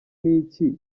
n’iki